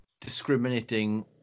discriminating